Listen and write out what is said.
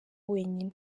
wenyine